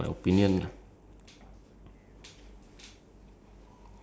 ya when when are you going to use it and ya all is useful ya